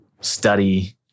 study